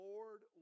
Lord